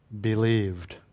believed